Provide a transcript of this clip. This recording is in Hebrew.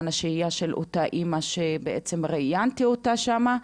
השהייה של אותה אמא שבעצם ראיינתי אותה שם.